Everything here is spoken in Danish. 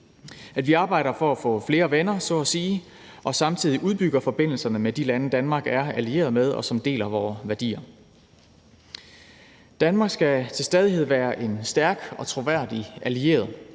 at vi arbejder for at få flere venner, så at sige, og samtidig udbygger forbindelserne med de lande, som Danmark er allieret med, og som deler vore værdier. Danmark skal til stadighed være en stærk og troværdig allieret